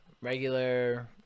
regular